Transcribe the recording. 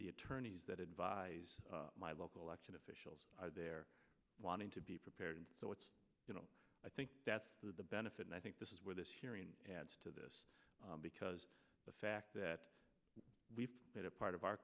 the attorneys that advise my local elected officials they're wanting to be prepared and so it's you know i think that's the benefit and i think this is where this hearing adds to this because the fact that we've made it part of our